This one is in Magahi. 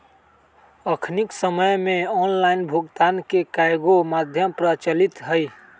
अखनिक समय में ऑनलाइन भुगतान के कयगो माध्यम प्रचलित हइ